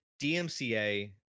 DMCA